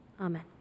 amen